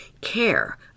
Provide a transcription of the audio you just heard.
care